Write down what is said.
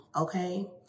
Okay